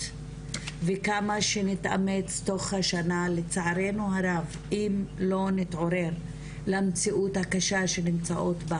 וכמה שנתאמץ לצערנו הרב אם לא נתעורר למציאות הקשה שנמצאות בה